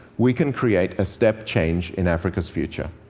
we can create a step change in africa's future.